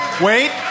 Wait